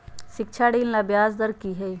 शिक्षा ऋण ला ब्याज दर कि हई?